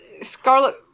Scarlet